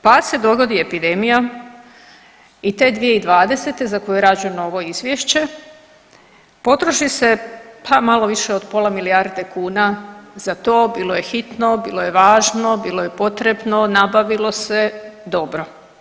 Pa se dogodi epidemija i te 2020. za koju je rađeno ovo izvješće potroši se pa malo više od pola milijarde kuna za to, bilo je hitno, bilo je važno, bilo je potrebno, nabavilo se, dobro.